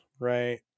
right